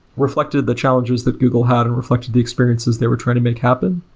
reflected the challenges that google had and reflected the experiences they were trying to make happen.